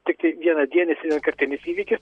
tiktai vienadienis vienkartinis įvykis